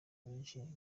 benshi